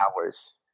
hours